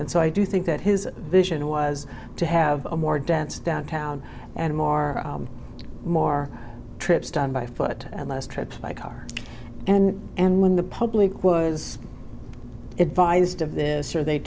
and so i do think that his vision was to have a more dense downtown and more more trips done by foot and less trip by car and and when the public was advised of this or they